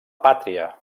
pàtria